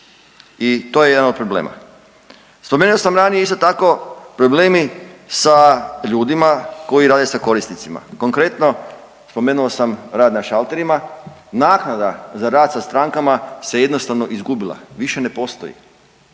i to je jedan od problema. Spomenuo sam ranije isto tako problemi sa ljudima koji rade sa korisnicama, konkretno spomenuo sam rad na šalterima, naknada za rad sa strankama se jednostavno izgubila, više ne postoji,